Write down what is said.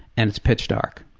and it's pitch dark.